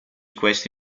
questo